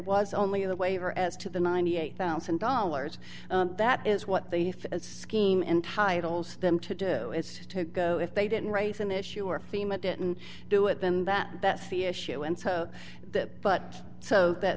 was only the waiver as to the ninety eight thousand dollars that is what the scheme entitles them to do is to go if they didn't raise an issue or fema didn't do it then that that's the issue and so the but so that